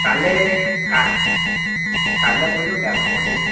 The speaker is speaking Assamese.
কাইলে কাইলৈ কৰিলেও বেয়া নহ'ব নেকি